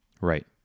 Right